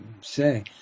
say